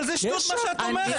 אבל זה שטות מה שאת אומרת,